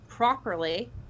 properly